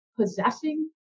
possessing